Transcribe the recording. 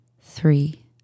three